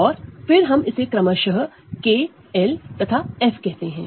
और फिर हम इसे क्रमशः KL तथा F कहते हैं